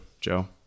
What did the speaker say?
Joe